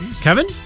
Kevin